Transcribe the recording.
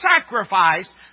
sacrifice